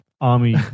army